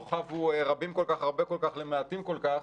חבו רבים כל-כך הרבה כל-כך למעטים כל-כך,